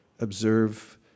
observe